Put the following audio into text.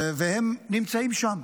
והם נמצאים שם.